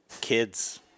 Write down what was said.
kids